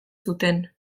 zuten